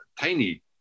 tiny